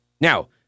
Now